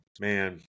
man